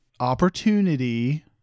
Opportunity